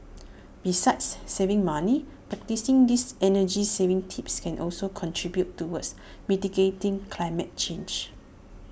besides saving money practising these energy saving tips can also contribute towards mitigating climate change